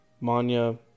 Manya